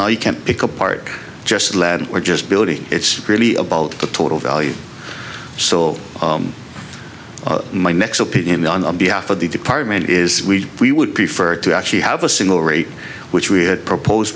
now you can pick apart just lead or just building it's really about the total value so my next opinion on behalf of the department is we we would prefer to actually have a single rate which we had proposed